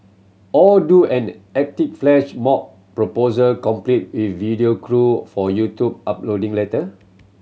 or do an epic flash mob proposal complete video crew for YouTube uploading later